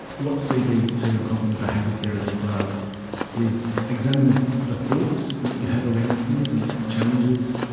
what cbt or cognitive behaviour therapy does is examines the thoughts that you have around fears and it challenges,